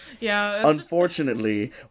Unfortunately